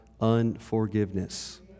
unforgiveness